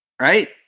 right